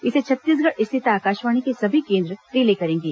इसे छत्तीसगढ़ स्थित आकाशवाणी के सभी केंद्र रिले करेंगे